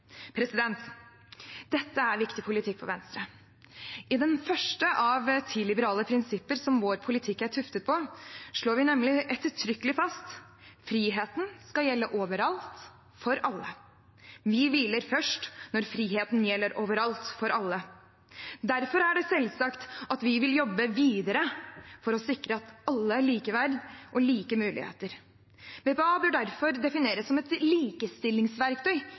Dette er viktig politikk for Venstre. I det første av ti liberale prinsipper, som vår politikk er tuftet på, slår vi nemlig ettertrykkelig fast: «Friheten skal gjelde overalt, for alle.» Og vi hviler først når friheten gjelder overalt, for alle. Derfor er det selvsagt at vi vil jobbe videre for å sikre alle likeverd og like muligheter. BPA bør derfor defineres som et likestillingsverktøy,